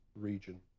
region